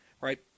right